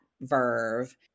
verve